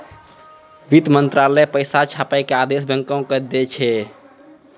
वित्त मंत्रालय पैसा छापै के आदेश बैंको के दै छै